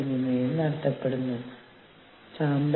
പിന്നെ ഭീഷണിപ്പെടുത്തൽ ഉണ്ട്